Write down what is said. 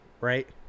Right